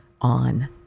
on